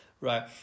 right